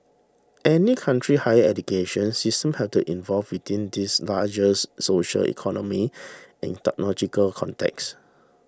any country's higher education system has to involve within these social economy and technological contexts